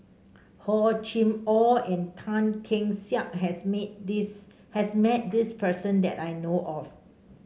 Hor Chim Or and Tan Keong Saik has meet this has met person that I know of